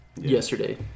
yesterday